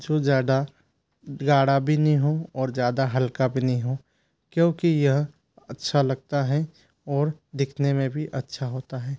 जो ज़्यादा गाढ़ा भी नहीं हों और ज़्यादा हल्का भी नहीं हों क्योंकि यह अच्छा लगता है और दिखने में भी अच्छा होता है